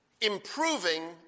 improving